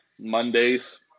Mondays